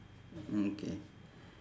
mm K